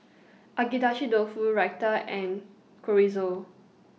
Agedashi Dofu Raita and Chorizo